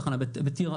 תחנה בטירה,